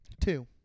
Two